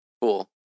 Cool